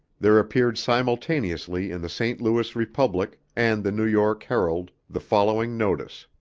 there appeared simultaneously in the st. louis republic and the new york herald the following notice